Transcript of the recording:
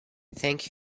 thank